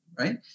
Right